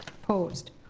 opposed?